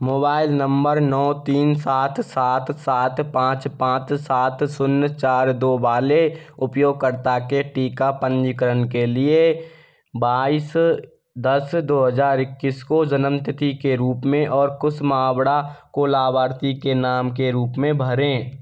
mobile number नौ तीन सात सात सात पाँच पाँच सात शून्य चार दो वाले उपयोगकर्ता के टीका पंजीकरण के लिए बाईस दस दो हजार इक्कीस को जन्म तिथि के रूप में और कुश मावड़ा को लाभार्थी के नाम के रूप में भरें